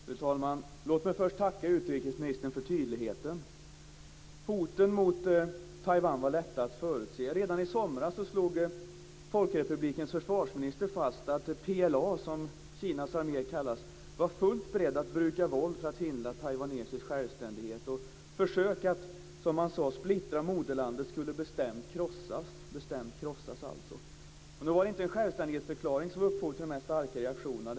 Fru talman! Låt mig först tacka utrikesministern för tydligheten. Hoten mot Taiwan var lätta att förutse. Redan i somras slog Folkrepublikens försvarsminister fast att PLA, som Kinas armé kallas, var fullt beredd att bruka våld för att hindra taiwanesisk självständighet. Försök att, som man sade, splittra moderlandet skulle bestämt krossas. Nu var det inte en självständighetsförklaring som var upphov till de här starka reaktionerna.